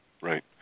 Right